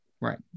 Right